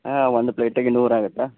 ಒಂದು ಪ್ಲೇಟಿಗೆ ನೂರು ಆಗತ್ತಾ